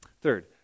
Third